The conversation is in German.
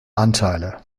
anteile